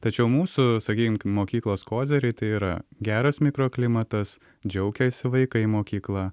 tačiau mūsų sakykim mokyklos kozeriai tai yra geras mikroklimatas džiaugiasi vaikai mokykla